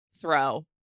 throw